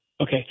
Okay